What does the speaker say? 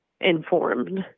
informed